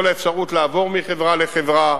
כל האפשרות לעבור מחברה לחברה,